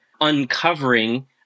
uncovering